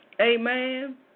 Amen